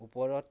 ওপৰত